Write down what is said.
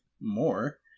more